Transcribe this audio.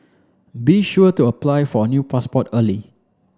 be sure to apply for a new passport early